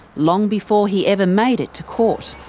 long before he ever made it to court.